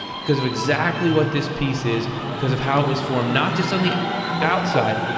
because of exactly what this piece is, because of how it was formed, not just on the outside,